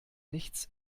nichts